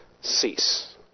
cease